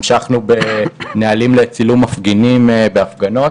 המשכנו בנהלים לצילום מפגינים בהפגנות